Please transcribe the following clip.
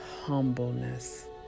humbleness